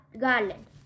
garland